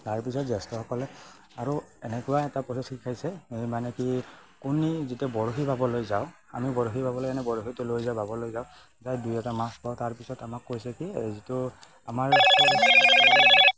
তাৰ পিছত জ্যেষ্ঠসকলে আৰু এনেকুৱা এটা প্ৰচেছ শিকাইছে এই মানে কি কোনি যেতিয়া বৰশী বাবলৈ যাওঁ আমি বৰশী বাবলৈ এনেই বৰশীটো লৈ যাওঁ বাবলৈ যাওঁ যায় দুই এটা মাছ পাওঁ তাৰ পিছত আমাক কৈছে কি যিটো আমাৰ